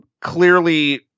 clearly